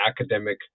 academic